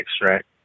extract